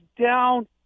down